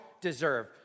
deserve